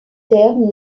termes